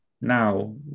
Now